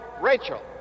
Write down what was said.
Rachel